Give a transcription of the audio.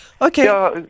Okay